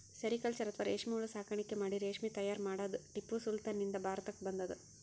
sericulture ಅಥವಾ ರೇಶ್ಮಿ ಹುಳ ಸಾಕಾಣಿಕೆ ಮಾಡಿ ರೇಶ್ಮಿ ತೈಯಾರ್ ಮಾಡದ್ದ್ ಟಿಪ್ಪು ಸುಲ್ತಾನ್ ನಿಂದ್ ಭಾರತಕ್ಕ್ ಬಂದದ್